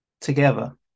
together